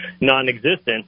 non-existent